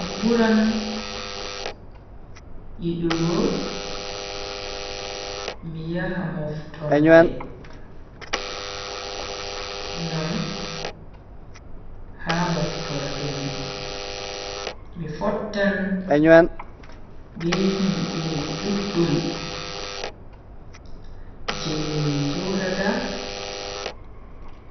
Mi buran yidugo mi yaha moftorde. ngam ha moftorde mi fottan be himbeji duddum je min jodata